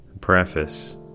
Preface